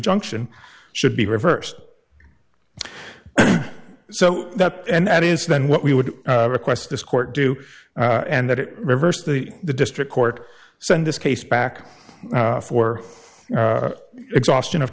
injunction should be reversed so that and that is then what we would request this court do and that it reversed the the district court send this case back for exhaustion of